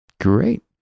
Great